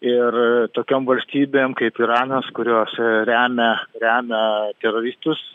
ir tokiom valstybėm kaip iranas kurios remia remia teroristus